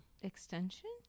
extension